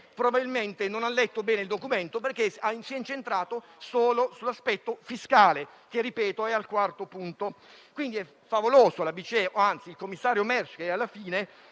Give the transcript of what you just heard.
probabilmente letto bene il documento perché si è incentrata solo sull'aspetto fiscale, che - ripeto - è al quarto punto. Quindi è favoloso il commissario Mersch che alla fine